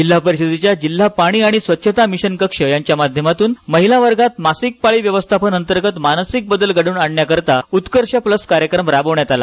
जिल्हा परिषदेच्या जिल्हा पाणी आणि स्वच्छता मिशन कक्ष यांच्या माध्यमातून महिला वर्गात मासिक पाळी व्यवस्थापन अंतर्गत मानसिक बदल घडवून आणण्याकरिता उत्कर्ष प्लस कार्यक्रम राबविण्यात आला